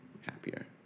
happier